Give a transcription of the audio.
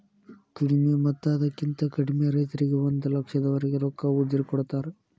ಕಡಿಮಿ ಮತ್ತ ಅದಕ್ಕಿಂತ ಕಡಿಮೆ ರೈತರಿಗೆ ಒಂದ ಲಕ್ಷದವರೆಗೆ ರೊಕ್ಕ ಉದ್ರಿ ಕೊಡತಾರ